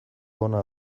ona